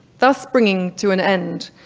thus bringing to an end,